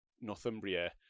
Northumbria